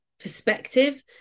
perspective